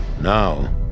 Now